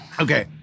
Okay